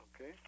Okay